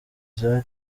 zari